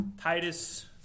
Titus